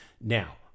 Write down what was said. Now